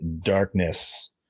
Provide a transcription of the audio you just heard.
Darkness